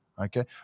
Okay